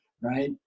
right